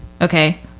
Okay